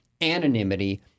anonymity